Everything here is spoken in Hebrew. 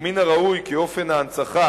ומן הראוי כי אופן ההנצחה